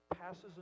passes